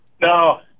No